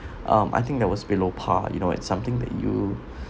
um I think that was below par you know it's something that you